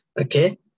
Okay